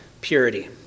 purity